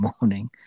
morning